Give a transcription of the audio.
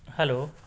hello